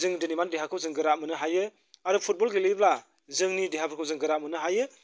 जों दिनै माने जोंनि देहाखौ जों गोरा मोन्नो हायो आरो फुटबल गेलेयोब्ला जोंनि देहाफोरखौ जों गोरा मोन्नो हायो